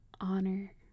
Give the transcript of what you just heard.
honor